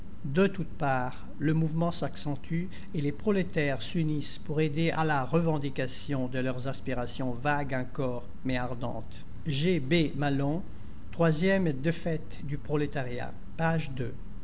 de toutes parts le mouvement s'accentue et les prolétaires s'unissent pour aider à la revendication de leurs aspirations vagues encore mais ardentes j b alon du prolétariat page